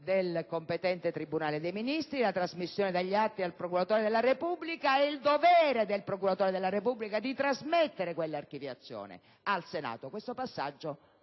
del competente tribunale dei ministri, la trasmissione degli atti al procuratore della Repubblica e il dovere di quest'ultimo di trasmettere quell'archiviazione al Senato. Questo passaggio